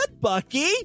Bucky